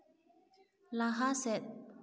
ᱞᱟᱦᱟ ᱥᱮᱫ